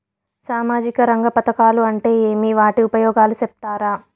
సామాజిక రంగ పథకాలు అంటే ఏమి? వాటి ఉపయోగాలు సెప్తారా?